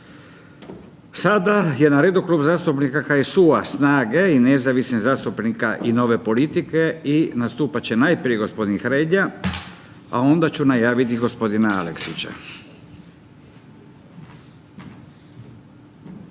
Sada je na redu Klub zastupnika HSU-a, SNAGE i nezavisnih zastupnika i Nove politike i nastupat će najprije gospodin Hrelja, a onda ću najaviti gospodina Aleksića. **Hrelja,